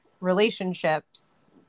relationships